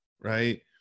right